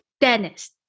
Dennis